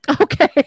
Okay